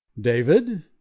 David